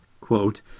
quote